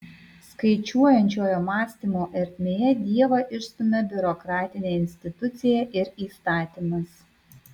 skaičiuojančiojo mąstymo ertmėje dievą išstumia biurokratinė institucija ir įstatymas